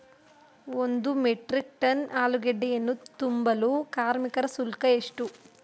ಒಂದು metric ton ಆಲೂಗೆಡ್ಡೆಯನ್ನು ತುಂಬಲು ಕಾರ್ಮಿಕರ ಶುಲ್ಕ ಎಷ್ಟು?